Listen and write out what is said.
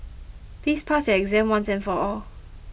please pass your exam once and for all